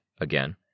again